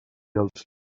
els